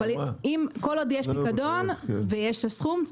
אבל כל עוד יש פיקדון ויש את הסכום,